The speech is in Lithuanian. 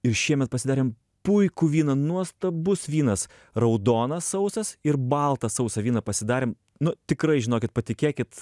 ir šiemet pasidarėm puikų vyną nuostabus vynas raudonas sausas ir baltą sausą vyną pasidarėm nu tikrai žinokit patikėkit